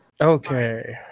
Okay